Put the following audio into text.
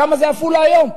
כמה זה עפולה היום?